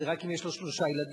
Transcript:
זה רק אם יש לו שלושה ילדים,